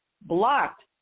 blocked